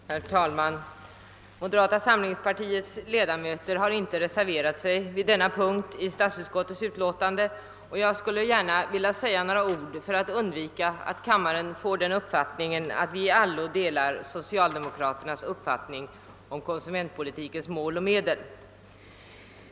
Herr talman! Moderata samlingspartiets ledamöter har inte reserverat sig vid denna punkt i statsutskottets utlåtande, och jag skulle gärna vilja säga några ord för att undvika att kammaren får den uppfattningen att vi i allo delar socialdemokraternas åsikt om konsumentpolitikens mål och medel.